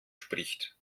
spricht